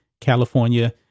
California